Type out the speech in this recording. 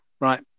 right